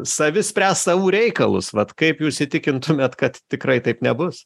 savi spręs savų reikalus vat kaip jūs įtikintumėt kad tikrai taip nebus